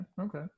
okay